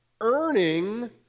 earning